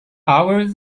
ours